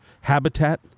habitat